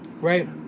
Right